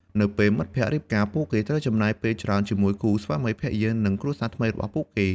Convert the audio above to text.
នៅពេលមិត្តភក្តិរៀបការ ពួកគេត្រូវចំណាយពេលច្រើនជាមួយគូស្វាមីភរិយា និងគ្រួសារថ្មីរបស់ពួកគេ។